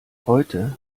heute